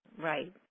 right